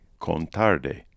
Contarde